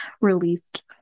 released